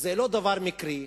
לא דבר מקרי,